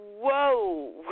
whoa